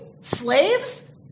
slaves